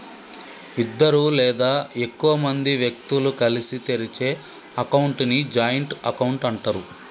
ఇద్దరు లేదా ఎక్కువ మంది వ్యక్తులు కలిసి తెరిచే అకౌంట్ ని జాయింట్ అకౌంట్ అంటరు